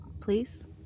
Please